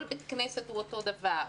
כל בית כנסת הוא אותו דבר.